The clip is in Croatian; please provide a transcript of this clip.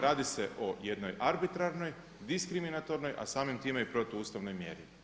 Radi se o jednoj arbitrarnoj, diskriminatornoj a samim time i protuustavnoj mjeri.